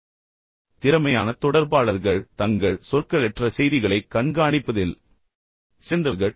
இப்போது திறமையான தொடர்பாளர்கள் தங்கள் சொற்களற்ற செய்திகளைக் கண்காணிப்பதில் சிறந்தவர்கள்